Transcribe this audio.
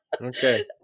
Okay